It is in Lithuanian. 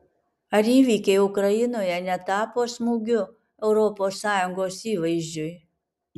ar įvykiai ukrainoje netapo smūgiu europos sąjungos įvaizdžiui